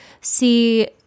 see